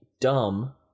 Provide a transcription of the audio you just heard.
dumb